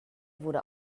wurde